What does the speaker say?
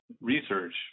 research